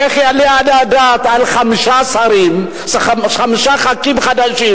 איך יעלה על הדעת, חמישה שרים, חמישה ח"כים חדשים,